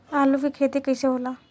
आलू के खेती कैसे होला?